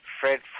Fred